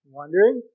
wondering